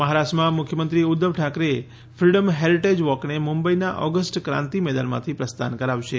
મહારાષ્ટ્રમાં મુખ્યમંત્રી Uddhav Thackeray freedom heritage વોકને મુંબઈના ઓગસ્ટ ક્રાંતિ મેદાનમાંથી પ્રસ્થાન કરાવશે